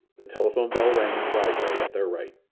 the telephone bell rang in the library at their right.